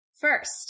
first